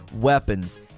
weapons